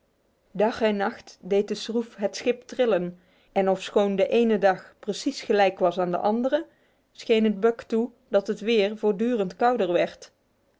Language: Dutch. dag en nacht deed de schroef het schip trillen en ofschoon de ene dag precies gelijk was aan de andere scheen het buck toe dat het weer voortdurend kouder werd